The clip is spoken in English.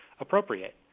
appropriate